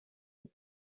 eut